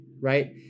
Right